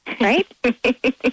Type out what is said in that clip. right